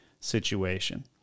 situation